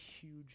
huge